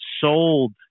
sold